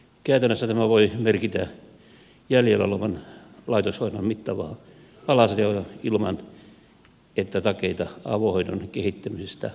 käytännössä tämä voi merkitä jäljellä olevan laitoshoidon mittavaa alasajoa ilman että takeita avohoidon kehittämisestä on